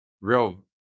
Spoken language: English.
real